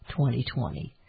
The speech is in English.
2020